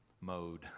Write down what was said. mode